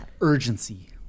urgency